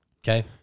Okay